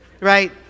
right